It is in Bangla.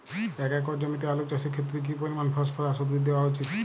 এক একর জমিতে আলু চাষের ক্ষেত্রে কি পরিমাণ ফসফরাস উদ্ভিদ দেওয়া উচিৎ?